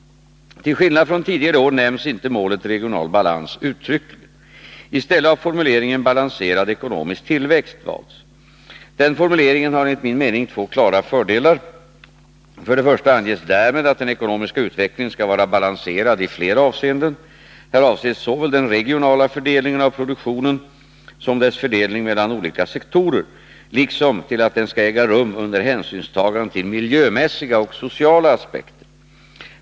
Till skillnad från tidigare år nämns inte målet regional balans uttryckligen. I stället har formuleringen ”balanserad ekonomisk tillväxt” valts. Denna formulering har enligt min mening två klara fördelar. För det första anges därmed att den ekonomiska utvecklingen skall vara balanserad i flera avseenden -— här avses såväl den regionala fördelningen av produktionen som dess fördelning mellan olika sektorer, liksom att den skall äga rum under hänsynstagande till miljömässiga och sociala aspekter.